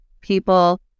people